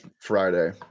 Friday